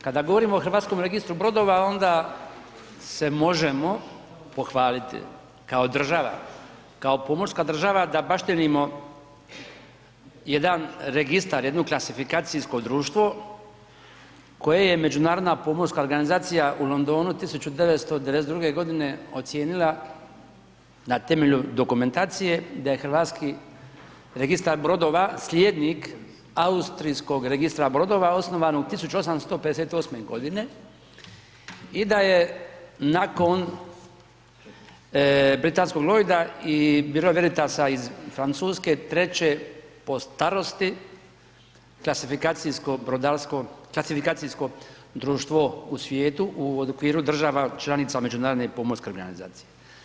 Kada govorimo o Hrvatskom registru brodova onda se možemo pohvaliti kao država kao pomorska država da baštinimo jedan registar jedno kvalifikacijsko društvo koje je Međunarodna pomorska organizacija u Londonu 1992. godine ocijenila na temelju dokumentacije da je Hrvatski registar brodova slijednik Austrijskog registra brodova osnovanog 1858. godine i da je nakon britanskog Lloyda i Bureau Veritasa iz Francuske treće po starosti kvalifikacijsko društvo u svijetu u okviru država članica međunarodne pomorske organizacije.